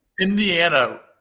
Indiana